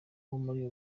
muri